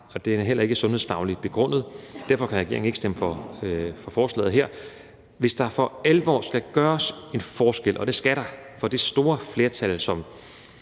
og den er heller ikke sundhedsfagligt begrundet. Derfor kan regeringen ikke stemme for forslaget her. Hvis der for alvor skal gøres en forskel – og det skal der – for det store flertal, som